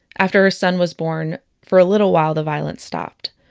after her son was born, for a little while, the violence stopped.